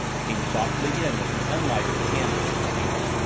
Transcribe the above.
came softly in with an unlighted candle in his hand.